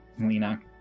Lena